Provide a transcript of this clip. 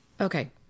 Okay